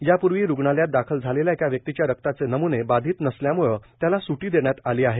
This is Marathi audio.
यापूर्वी रूग्णालयात दाखल झालेला एका व्यक्तीच्या रक्ताचे नमूने बाधित नसल्यामुळे त्याला सूटी देण्यात आली आहे